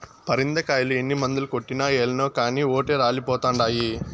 పరింద కాయలు ఎన్ని మందులు కొట్టినా ఏలనో కానీ ఓటే రాలిపోతండాయి